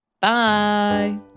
Bye